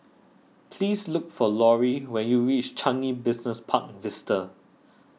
please look for Lori when you reach Changi Business Park Vista